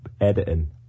editing